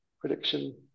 prediction